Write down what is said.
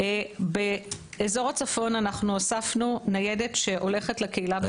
באזור הצפון אנחנו הוספנו ניידת שהולכת לקהילה.